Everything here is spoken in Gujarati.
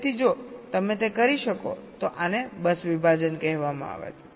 તેથી જો તમે તે કરી શકો તો આને બસ સેગ્મેન્ટેશન કહેવામાં આવે છે